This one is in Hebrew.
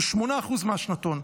זה 8% מהשנתון,